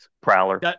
Prowler